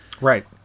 Right